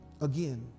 Again